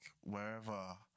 wherever